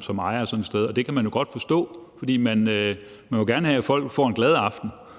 som ejer sådan et sted så er på vagt. Det kan jeg godt forstå, for man vil jo gerne have, at folk får en glad aften